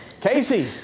Casey